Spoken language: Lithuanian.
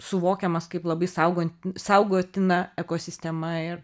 suvokiamas kaip labai saugan saugotina ekosistema ir